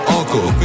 uncle